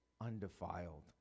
undefiled